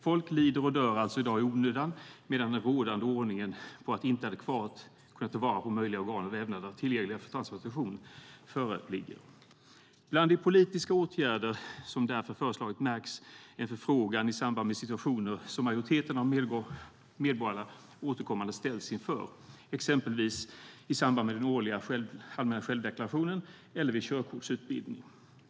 Folk lider och dör i onödan medan den rådande ordningen inte på ett adekvat sätt har kunnat ta till vara möjliga organ och vävnader tillgängliga för transplantation. Bland de politiska åtgärder som därför föreslagits märks en förfrågan i samband med situationer som majoriteten av medborgarna återkommande ställs inför, exempelvis i samband med den årliga allmänna självdeklarationen eller vid körkortsutbildning.